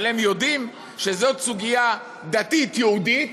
אבל הם יודעים שזאת סוגיה דתית יהודית,